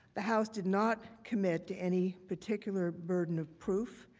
the house did not commit to any particular burden of proof,